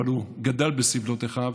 אבל הוא גדל בסבלות אֶחָיו.